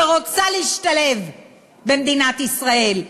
שרוצה להשתלב במדינת ישראל,